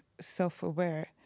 self-aware